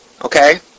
Okay